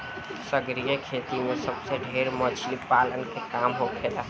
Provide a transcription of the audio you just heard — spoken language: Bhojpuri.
सागरीय खेती में सबसे ढेर मछली पालन के काम होखेला